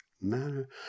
manner